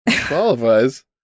qualifies